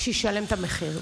שישלם את המחיר.